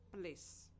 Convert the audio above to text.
place